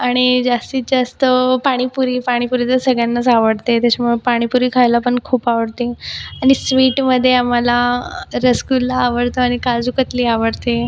आणि जास्तीत जास्त पाणीपुरी पाणीपुरी तर सगळ्यांनाच आवडते त्याच्यामुळे पाणीपुरी खायला पण खूप आवडते आणि स्वीटमध्ये आम्हाला रसगुल्ला आवडतो आणि काजूकतली आवडते